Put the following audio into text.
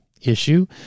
issue